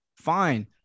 fine